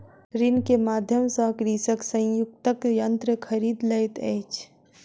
ऋण के माध्यम सॅ कृषक संयुक्तक यन्त्र खरीद लैत अछि